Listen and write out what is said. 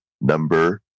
number